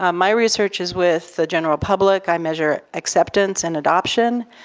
um my research is with the general public, i measure acceptance and adoption,